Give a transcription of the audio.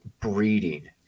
breeding